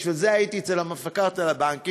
בשביל זה הייתי אצל המפקחת על הבנקים,